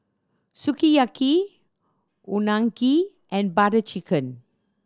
Sukiyaki Unagi and Butter Chicken